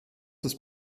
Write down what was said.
ist